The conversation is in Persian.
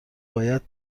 باید